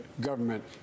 government